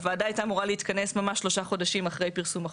הוועדה הייתה אמורה להתכנס ממש שלושה חודשים אחרי פרסום החוק,